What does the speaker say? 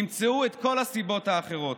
ימצאו את כל הסיבות האחרות.